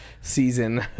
season